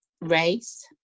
race